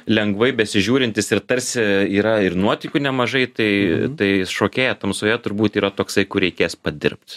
lengvai besižiūrintis ir tarsi yra ir nuotykių nemažai tai tai šokėja tamsoje turbūt yra toksai kur reikės padirbt